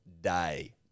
day